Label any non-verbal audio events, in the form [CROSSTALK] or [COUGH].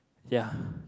ya [BREATH]